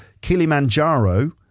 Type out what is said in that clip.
Kilimanjaro